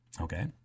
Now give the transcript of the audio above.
Okay